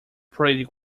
pretty